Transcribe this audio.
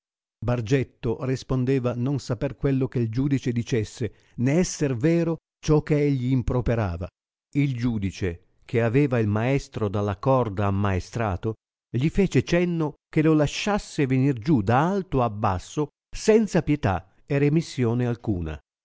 bargetto respondeva non saper quello che il giudice dicesse né esser vero ciò che gli improperava il giudice che aveva il maestro dalla corda ammaestrato gli fece cenno che lo lasciasse venir giù da alto a basso senza pietà e remissione alcuna